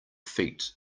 feet